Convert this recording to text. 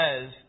says